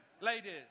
ladies